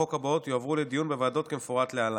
החוק הבאות יועברו לדיון בוועדות כמפורט להלן: